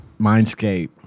Mindscape